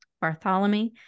Bartholomew